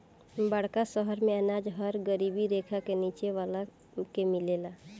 बड़का शहर मेंअनाज हर गरीबी रेखा के नीचे वाला के मिलेला